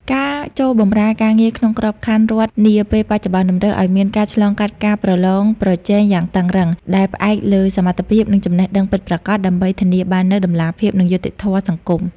ការចូលបម្រើការងារក្នុងក្របខ័ណ្ឌរដ្ឋនាពេលបច្ចុប្បន្ន តម្រូវឱ្យមានការឆ្លងកាត់ការប្រឡងប្រជែងយ៉ាងតឹងរ៉ឹង ដែលផ្អែកលើសមត្ថភាព និងចំណេះដឹងពិតប្រាកដ ដើម្បីធានាបាននូវតម្លាភាព និងយុត្តិធម៌សង្គម។